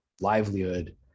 livelihood